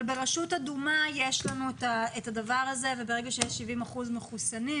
אבל ברשות אדומה יש לנו את הדבר הזה וברגע שיש 70 אחוזים מחוסנים,